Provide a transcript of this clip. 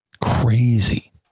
Crazy